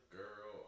girl